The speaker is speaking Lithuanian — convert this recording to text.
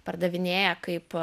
pardavinėja kaip